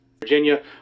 Virginia